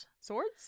Swords